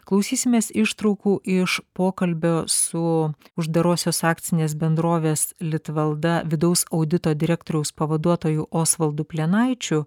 klausysimės ištraukų iš pokalbių su uždarosios akcinės bendrovės litvalda vidaus audito direktoriaus pavaduotoju osvaldu plenaičiu